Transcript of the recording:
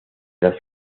las